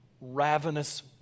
ravenous